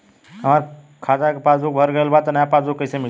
हमार खाता के पासबूक भर गएल बा त नया पासबूक कइसे मिली?